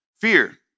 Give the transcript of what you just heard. fear